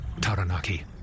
Taranaki